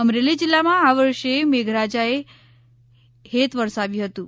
અમરેલી જિલ્લામાં આ વર્ષે મેઘરાજા એહેત વરસાવ્યું હતું